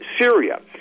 Syria